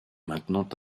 maintenant